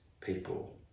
people